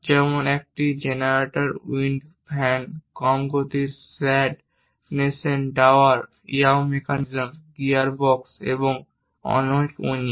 যেমন একটি generator wind vane কম গতির shaft nacelle tower yaw mechanism gearbox এবং অনেক ইউনিট